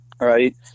right